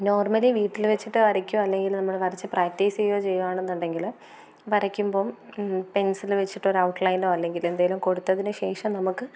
normally വീട്ടിൽ വച്ചിട്ട് വരക്കുകയോ അല്ലെങ്കിൽ നമ്മൾ വരച്ച് പ്രാക്റ്റീസ് ചെയ്യുകയ്യോ ചെയ്യുകയാണ് എന്നുണ്ടെങ്കിൽ വരയ്ക്കുമ്പം പെൻസില് വെച്ചിട്ട് ഒരു ഔട്ട്ലൈനോ അല്ലെങ്കിൽ എന്തെങ്കിലും കൊടുത്തതിനുശേഷം നമുക്ക്